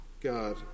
God